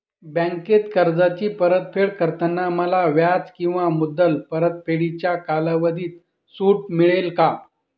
बँकेत कर्जाची परतफेड करताना मला व्याज किंवा मुद्दल परतफेडीच्या कालावधीत सूट मिळेल का?